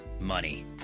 money